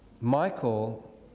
Michael